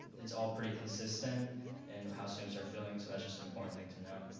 it's all pretty consistent in how students are feeling. so that's just an important thing to note.